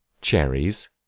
Cherries